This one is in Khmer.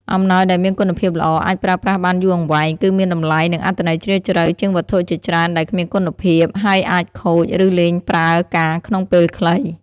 អំណោយដែលមានគុណភាពល្អ អាចប្រើប្រាស់បានយូរអង្វែង គឺមានតម្លៃ និងអត្ថន័យជ្រាលជ្រៅជាងវត្ថុជាច្រើនដែលគ្មានគុណភាព ហើយអាចខូច ឬលែងប្រើការក្នុងពេលខ្លី។